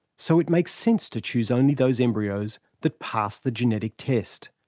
so it makes sense to choose only those embryos that pass the genetic test.